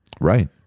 Right